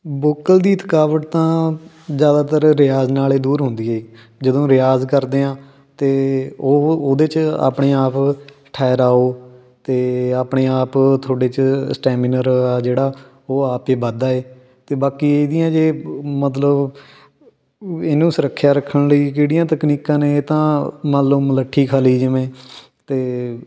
vocal ਦੀ ਥਕਾਵਟ ਤਾਂ ਜ਼ਿਆਦਾਤਰ ਰਿਆਜ਼ ਨਾਲ ਦੂਰ ਹੁੰਦੀ ਹੈ ਜਦੋਂ ਰਿਆਜ਼ ਕਰਦੇ ਹਾਂ ਅਤੇ ਉਹ ਉਹਦੇ 'ਚ ਆਪਣੇ ਆਪ ਠਹਿਰਾਓ ਅਤੇ ਆਪਣੇ ਆਪ ਤੁਹਾਡੇ 'ਚ ਸਟੈਮੀਨਰ ਆ ਜਿਹੜਾ ਉਹ ਆਪ ਹੀ ਵੱਧਦਾ ਏ ਅਤੇ ਬਾਕੀ ਇਹਦੀਆਂ ਜੇ ਮਤਲਬ ਇਹਨੂੰ ਸੁਰੱਖਿਆ ਰੱਖਣ ਲਈ ਕਿਹੜੀਆਂ ਤਕਨੀਕਾਂ ਨੇ ਤਾਂ ਮੰਨ ਲਓ ਮਲੱਠੀ ਖਾ ਲਈ ਜਿਵੇਂ ਅਤੇ